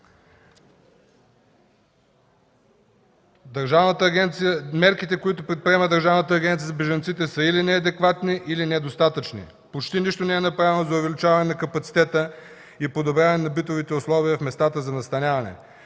Мерките, които предприема Държавната агенция за бежанците, са или неадекватни, или недостатъчни. Почти нищо не е направено за увеличаване на капацитета и подобряване на битовите условия в местата за настаняване.